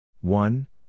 one